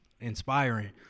inspiring